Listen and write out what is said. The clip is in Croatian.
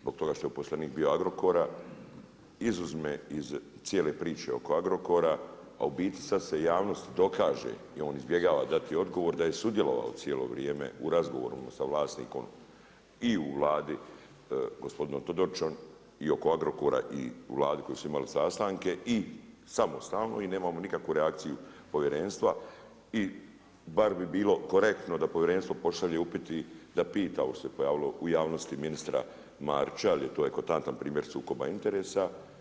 zbog toga što je bio uposlenik Agrokora, izuzme iz cijel priče oko Agrokora, a u biti sad se javnost dokaže, jer on izbjegava dati odgovor da je sudjelovao cijelo ovo vrijeme u razgovoru sa vlasnikom i u Vladi, gospodinom Todorićem i oko Agrokora i u Vladi u kojoj su imali sastanke i samostalno i nemamo nikakvu reakciju povjerenstva i bar mi bilo korektno da povjerenstvo pošalje upite da pita ovo što se pojavilo u javnosti ministra Marića jer to je eklatantan primjer sukoba interesa.